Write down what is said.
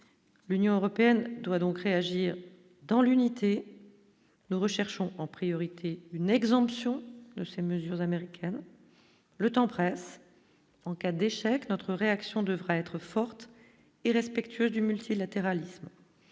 l'Union européenne doit donc réagir dans l'unité, nous recherchons en priorité une exemption de ces mesures américaines, le temps presse, en cas d'échec, notre réaction devrait être forte et respectueuse du multilatéralisme,